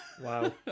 Wow